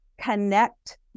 connect